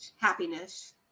Happiness